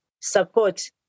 support